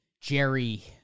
Jerry